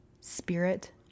Spirit